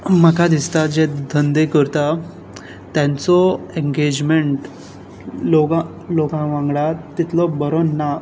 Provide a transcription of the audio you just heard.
म्हाका दिसता जे धंदे करता तांचो एंगेजमँट लोगा लोका वांगडा तितलो बरो ना